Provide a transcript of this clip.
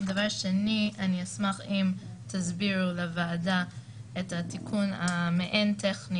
דבר השני אני אשמח אם תסבירו לוועדה את התיקון המעין טכני